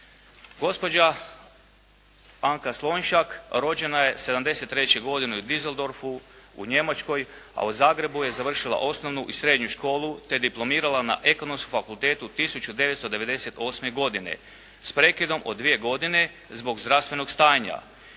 Gospođa Anka Slonjšak rođena je 73. godine u Düsseldorfu u Njemačkoj a u Zagrebu je završila osnovnu i srednju školu te diplomirala na Ekonomskom fakultetu 1998. godine s prekidom od dvije godine zbog zdravstvenog stanja.